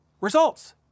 Results